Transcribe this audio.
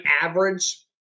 average